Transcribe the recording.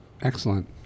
Excellent